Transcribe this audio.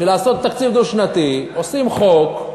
בשביל לעשות תקציב דו-שנתי עושים חוק,